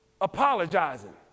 apologizing